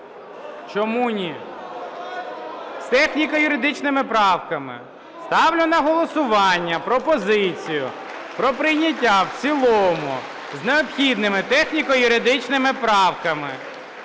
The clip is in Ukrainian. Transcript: у залі) З техніко-юридичними правками. Ставлю на голосування пропозицію про прийняття в цілому з необхідними техніко-юридичними правками